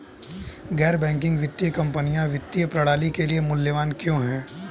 गैर बैंकिंग वित्तीय कंपनियाँ वित्तीय प्रणाली के लिए मूल्यवान क्यों हैं?